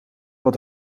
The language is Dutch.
wat